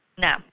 No